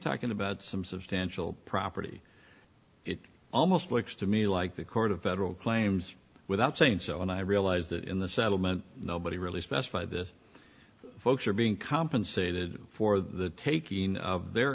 talking about some substantial property it almost looks to me like the court of federal claims without saying so and i realize that in the settlement nobody really specify this folks are being compensated for the taking of their